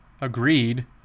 Agreed